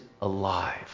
alive